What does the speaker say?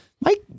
Mike